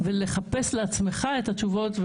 ולחפש לעצמך את התשובות,